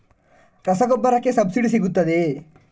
ರಸಗೊಬ್ಬರಕ್ಕೆ ಸಬ್ಸಿಡಿ ಸಿಗುತ್ತದೆಯೇ?